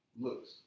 looks